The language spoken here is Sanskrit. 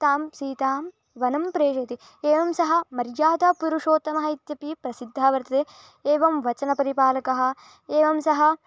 तां सीतां वनं प्रेषयति एवं सः मर्यादापुरुषोत्तमः इत्यपि प्रसिद्धः वर्तते एवं वचनपरिपालकः एवं सः